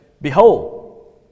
behold